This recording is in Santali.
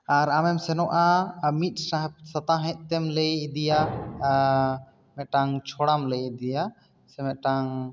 ᱟᱨ ᱟᱢᱮᱢ ᱥᱮᱱᱚᱜᱼᱟ ᱢᱤᱫ ᱥᱟ ᱥᱟᱛᱟᱦᱮᱸ ᱛᱮᱢ ᱞᱟᱹᱭ ᱤᱫᱤᱭᱟ ᱢᱤᱫᱴᱟᱝ ᱪᱷᱚᱲᱟᱢ ᱞᱟᱹᱭ ᱤᱫᱤᱭᱟ ᱥᱮ ᱢᱤᱫᱴᱟᱝ